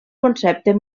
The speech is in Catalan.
concepte